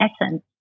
essence